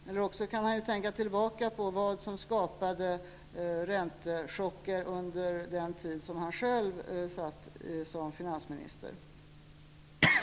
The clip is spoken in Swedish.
Eller också kan han tänka tillbaka på vad som skapade räntechocker under den tid som han själv satt som finansminister.